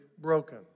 broken